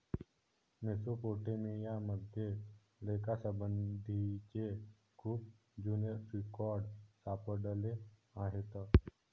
Mesopotamia मध्ये लेखासंबंधीचे खूप जुने रेकॉर्ड सापडले आहेत